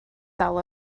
dal